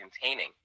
containing